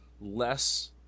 less